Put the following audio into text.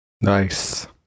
Nice